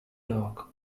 dark